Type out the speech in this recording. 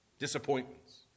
Disappointments